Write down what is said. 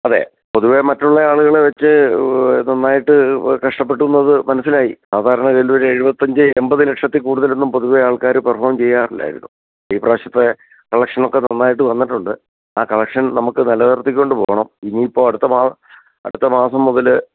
അതെ പൊതുവേ മറ്റുള്ള ആളുകളെ വെച്ച് നന്നായിട്ട് കഷ്ട്ടപ്പെട്ടു എന്നത് മനസിലായി സാധാരണ കലൂര് എഴുപത്തഞ്ചു എണ്പത് ലക്ഷത്തില് കൂടുതലൊന്നും പൊതുവേ ആൾക്കാർ പെര്ഫോം ചെയ്യാറില്ലായിരുന്നു ഈ പ്രാവശ്യത്തെ കളക്ഷനൊക്കെ നന്നായിട്ട് വന്നിട്ടുണ്ട് ആ കളക്ഷന് നമുക്ക് നിലനിര്ത്തികൊണ്ട് പോകണം ഇനി ഇപ്പോൾ അടുത്ത മാ അടുത്ത മാസം മുതൽ